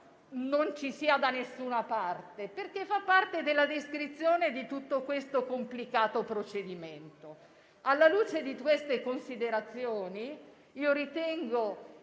non ci sia da nessuna parte, perché rientra nella descrizione di tutto questo complicato procedimento. Alla luce di queste considerazioni, nonostante